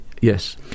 Yes